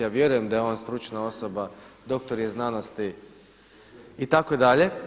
Ja vjerujem da je on stručna osoba, doktor je znanosti itd.